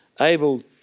able